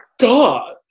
God